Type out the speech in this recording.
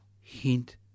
hint